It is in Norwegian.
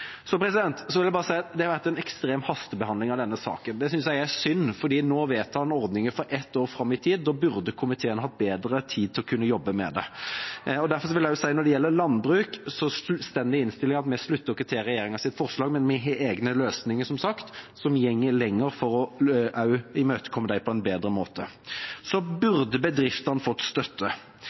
Så vil jeg bare si at det har vært en ekstrem hastebehandling av denne saken. Det synes jeg er synd, fordi nå vedtar en ordninger for ett år fram i tid. Da burde komiteen hatt bedre tid til å kunne jobbe med det. Derfor vil jeg også si at når det gjelder landbruk, står det i innstillingen at vi slutter oss til regjeringens forslag, men vi har egne løsninger, som sagt, som går lenger for å imøtekomme dem på en bedre måte. Så burde bedriftene ha fått støtte.